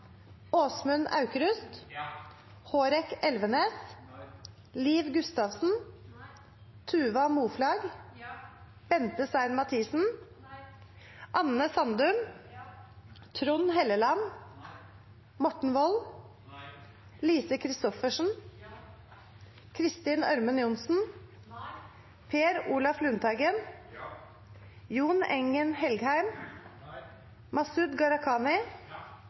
Åsmund Aukrust, Tuva Moflag, Anne Sandum, Lise Christoffersen, Per Olaf Lundteigen, Masud Gharahkhani,